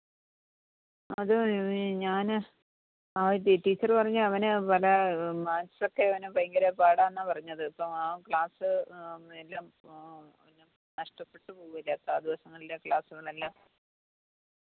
അത് ഞാൻ ആ ടീച്ചറ് പറഞ്ഞു അവന് വല്ല മാക്സൊക്കെ അവന് ഭയങ്കര പാടാന്നാ പറഞ്ഞത് അപ്പോൾ ആ ക്ലാസ് എല്ലാം നഷ്ടപ്പെട്ട് പോകുവല്ലേ അപ്പം ആ ദിവസങ്ങളിലെ ക്ലാസുകളെല്ലാം